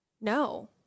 no